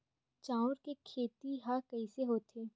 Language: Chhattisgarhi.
चांउर के खेती ह कइसे होथे?